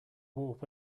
warp